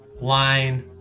line